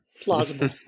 plausible